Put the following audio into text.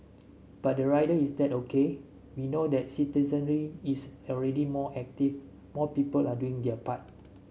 but the rider is that O K we know that citizenry is already more active more people are doing their part